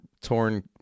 torn